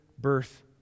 birth